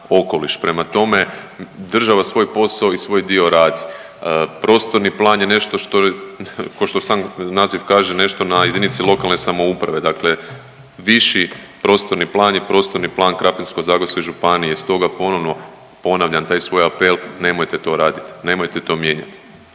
Prema tome, država svoj posao i svoj dio radi. Prostorni plan je nešto što, košto sam naziv kaže nešto na JLS, dakle viši prostorni plan je prostorni plan Krapinsko-zagorske županije. Stoga ponovno ponavljam taj svoj apel, nemojte to raditi, nemojte to mijenjati,